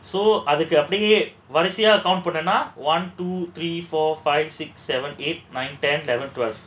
so அதுக்கு அப்டியே வரிசையா:adhukku apdiyae varisaiyaa count பண்ணேனா:pannaenaa one two three four five six seven eight nine ten eleven twelve